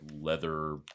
leather